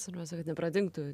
svarbiausia kad nepradingtų